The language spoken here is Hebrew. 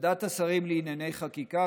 ועדת השרים לענייני חקיקה,